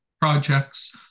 projects